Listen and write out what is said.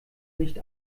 nicht